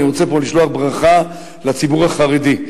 אני רוצה פה לשלוח ברכה לציבור החרדי.